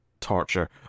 torture